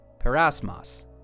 parasmas